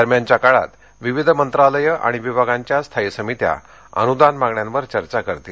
दरम्यानच्या काळात विविध मंत्रालयं आणि विभागांच्या स्थायी समित्या अनुदान मागण्यांवर चर्चा करतील